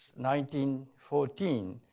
1914